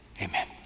Amen